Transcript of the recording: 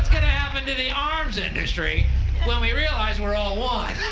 happen to the arms industry when we realize we're all one?